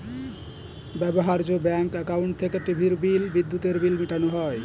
ব্যবহার্য bank account থেকে টিভির বিল, বিদ্যুতের বিল মেটানো যায়